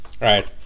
Right